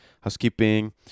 Housekeeping